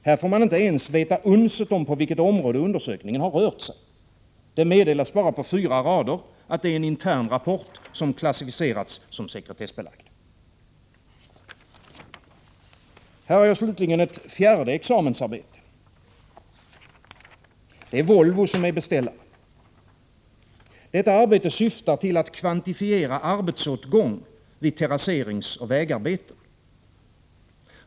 Här får man inte ens veta unset om på vilket område undersökningen har rört sig. Det meddelas bara på fyra rader att det är en intern rapport, som klassificerats som sekretessbelagd. Här har jag slutligen ett fjärde examensarbete. Det är Volvo som är beställare. Detta arbete syftar till att kvantifiera arbetsåtgång vid terrasseringsoch vägarbeten.